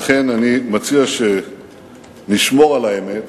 לכן, אני מציע שנשמור על האמת